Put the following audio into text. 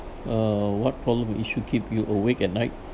uh what problem or issue keep you awake at night